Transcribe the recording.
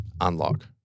unlock